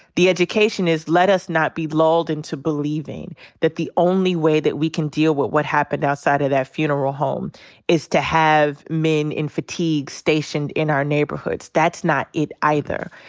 the education is let us not be lulled into believing that the only way that we can deal with what happened outside of that funeral home is to have men in fatigues stationed in our neighborhoods. that's not it either.